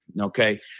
Okay